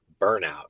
burnout